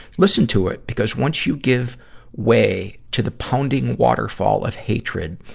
listen to it, because once you give way to the pounding waterfall of hatred,